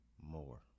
More